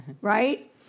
right